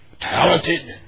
talented